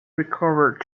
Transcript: recovered